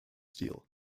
steel